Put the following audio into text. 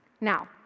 Now